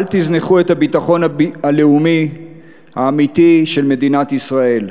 אל תזנחו את הביטחון הלאומי האמיתי של מדינת ישראל,